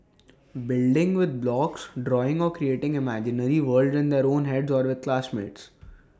building with blocks drawing or creating imaginary worlds in their own heads or with classmates